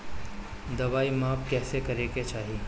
दवाई माप कैसे करेके चाही?